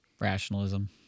Rationalism